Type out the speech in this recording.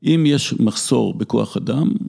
אם יש מחסור בכוח אדם